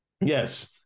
Yes